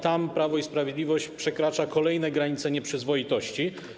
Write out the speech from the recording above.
Tam Prawo i Sprawiedliwość przekracza kolejne granice nieprzyzwoitości.